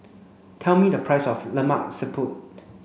tell me the price of Lemak Siput